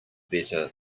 better